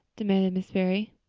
demanded mrs. barry.